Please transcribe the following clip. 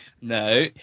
no